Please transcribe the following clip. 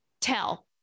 tell